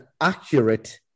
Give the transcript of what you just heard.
accurate